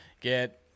get